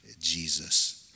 Jesus